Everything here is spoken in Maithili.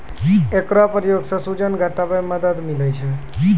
एकरो प्रयोग सें सूजन घटावै म मदद मिलै छै